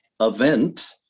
event